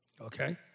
Okay